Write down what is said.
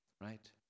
Right